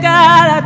God